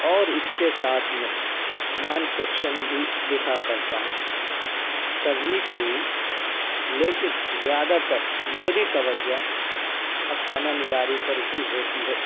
اور اس کے ساتھ میں نان فکشن بھی لکھا کرتا ہوں کبھی کبھی لیکن زیادہ تر میری توجہ افسانہ نگاری پر ہی ہوتی ہے